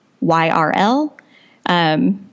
Y-R-L